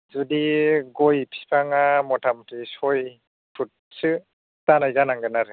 जुदि गय बिफांआ मथा मथि सय फुथसो जानाय जानांगोन आरो